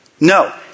No